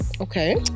Okay